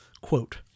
Quote